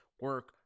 Work